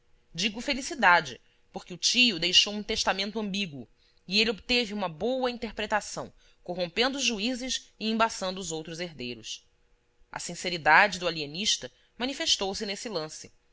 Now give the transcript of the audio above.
digo felicidade porque o tio deixou um testamento ambíguo e ele obteve uma boa interpretação corrompendo os juízes e embaçando os outros herdeiros a sinceridade do alienista manifestou-se nesse lance